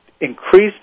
increased